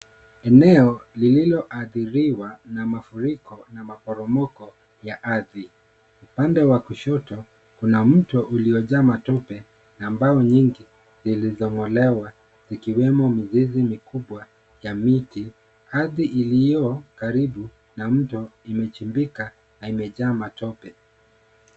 Eneo lililoathiriwa na mafuriko na maporomoko ya ardhi. Upande wa kushoto kuna mto uliojaa matope na mbao nyingi zilizong'olewa zikiwemo mizizi mikubwa ya miti. Ardhi iliyo karibu na mto imechimbika na imejaa matope.